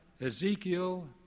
Ezekiel